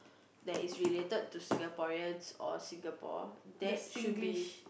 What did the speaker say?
that is related to Singaporeans or Singapore that should be